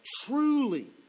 truly